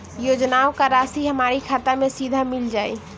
योजनाओं का राशि हमारी खाता मे सीधा मिल जाई?